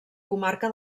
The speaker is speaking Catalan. comarca